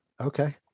Okay